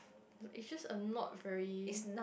it's just a not very